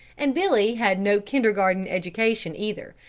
and billy had no kindergarten education either,